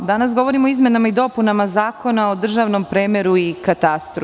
Danas govorimo o izmenama i dopunama Zakona o državnom premeru i katastru.